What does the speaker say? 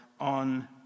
on